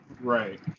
Right